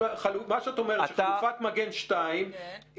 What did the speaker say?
--- מה שאת אומרת שחלופת מגן 2 עם